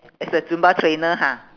as a zumba trainer ha